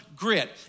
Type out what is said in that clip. grit